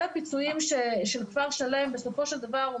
הפיצויים של כפר שלם בסופו של דבר הוא